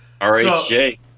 RHJ